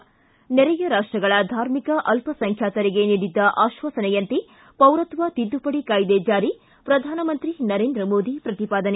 ಿ ನೆರೆಯ ರಾಷ್ಸಗಳ ಧಾರ್ಮಿಕ ಅಲ್ಲಸಂಖ್ಯಾತರಿಗೆ ನೀಡಿದ್ದ ಆಶ್ವಾಸನೆಯಂತೆ ಪೌರತ್ವ ತಿದ್ದುಪಡಿ ಕಾಯ್ದೆ ಜಾರಿ ಪ್ರಧಾನಮಂತ್ರಿ ನರೇಂದ್ರ ಮೋದಿ ಪ್ರತಿಪಾದನೆ